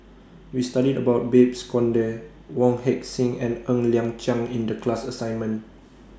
We studied about Babes Conde Wong Heck Sing and Ng Liang Chiang in The class assignment